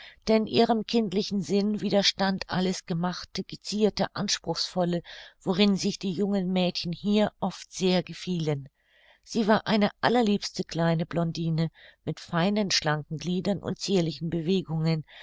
denn ihrem kindlichen sinn widerstand alles gemachte gezierte anspruchsvolle worin sich die jungen mädchen hier oft sehr gefielen sie war eine allerliebste kleine blondine mit feinen schlanken gliedern und zierlichen bewegungen